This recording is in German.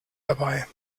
dabei